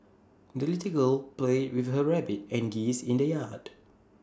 the little girl played with her rabbit and geesed in the yard